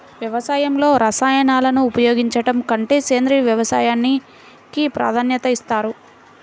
వ్యవసాయంలో రసాయనాలను ఉపయోగించడం కంటే సేంద్రియ వ్యవసాయానికి ప్రాధాన్యత ఇస్తారు